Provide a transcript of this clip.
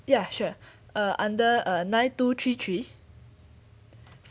ya sure uh under uh nine two three three